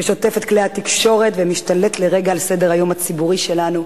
ששוטף את כלי התקשורת ומשתלט לרגע על סדר-היום הציבורי שלנו.